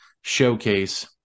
showcase